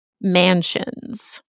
mansions